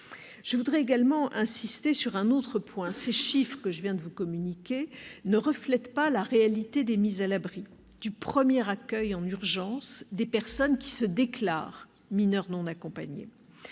Je veux également insister sur un autre point : les chiffres que je viens de vous communiquer ne reflètent pas la réalité des mises à l'abri, du premier accueil en urgence des personnes qui se déclarent mineurs non accompagnés.